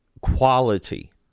quality